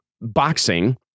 boxing